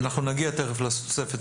דיווח ליועץ המשפטי